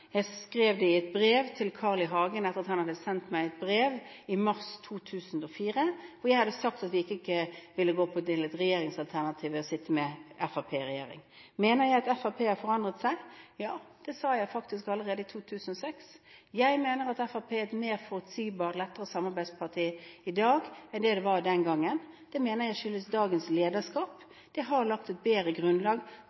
jeg skrev det i et brev til Carl I. Hagen etter at han hadde sendt meg et brev i mars 2004, og jeg hadde sagt at jeg ikke ville gå for å være en del av et regjeringsalternativ ved å sitte med Fremskrittspartiet i regjering. Mener jeg at Fremskrittspartiet har forandret seg? Ja, det sa jeg faktisk allerede i 2006. Jeg mener at Fremskrittspartiet er et parti som er mer forutsigbart og lettere å samarbeide med i dag enn det var den gangen. Det mener jeg skyldes dagens lederskap.